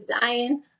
dying